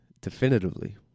definitively